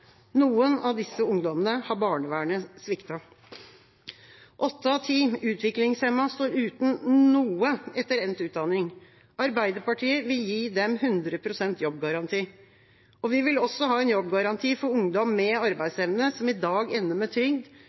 Noen av disse ungdommene har barnevernet sviktet. Åtte av ti unge utviklingshemmede står uten noe etter endt utdanning. Arbeiderpartiet vil gi dem 100 pst. jobbgaranti. Vi vil også ha en jobbgaranti for ungdom med arbeidsevne som i dag ender med